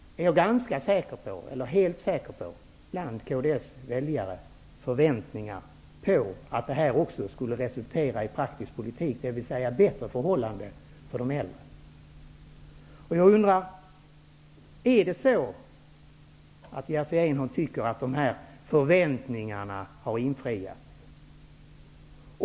Jag är helt säker på att det bland kds väljare fanns förväntningar. Man trodde att det här skulle ge resultat i praktiken, dvs. skapa bättre förhållanden för de äldre. Tycker Jerzy Einhorn att nämnda förväntningar har infriats?